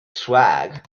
swag